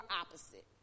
opposite